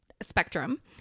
Spectrum